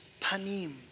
panim